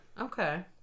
Okay